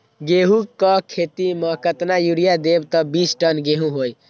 गेंहू क खेती म केतना यूरिया देब त बिस टन गेहूं होई?